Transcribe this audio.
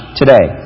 today